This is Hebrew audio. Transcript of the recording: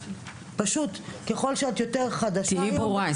פשוט --- תהיי ברורה,